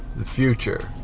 the future.